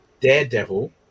Daredevil